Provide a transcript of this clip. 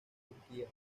turquía